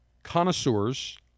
connoisseurs